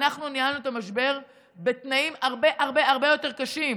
ואנחנו ניהלנו את המשבר בתנאים הרבה הרבה יותר קשים.